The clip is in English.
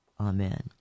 Amen